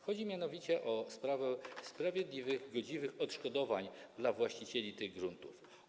Chodzi mianowicie o sprawę sprawiedliwych, godziwych odszkodowań dla właścicieli tych gruntów.